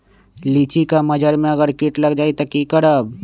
लिचि क मजर म अगर किट लग जाई त की करब?